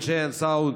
אנשי הסאונד,